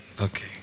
okay